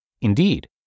Indeed